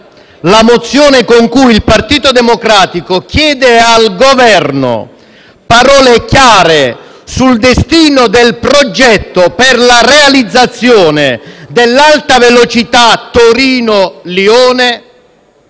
la mozione con cui il Partito Democratico chiede al Governo parole chiare sul destino del progetto per la realizzazione dell'Alta velocità Torino-Lione